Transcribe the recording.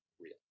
real